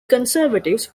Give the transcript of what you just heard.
conservatives